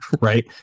right